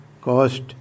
cost